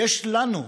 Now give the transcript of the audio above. יש לנו,